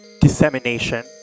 dissemination